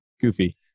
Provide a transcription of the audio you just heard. goofy